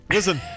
Listen